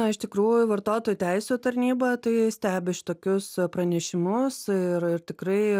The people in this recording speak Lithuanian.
na iš tikrųjų vartotojų teisių tarnyba tai stebi šitokius pranešimus ir ir tikrai